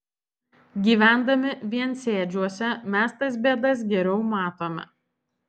gyvendami viensėdžiuose mes tas bėdas geriau matome